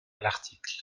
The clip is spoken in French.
l’article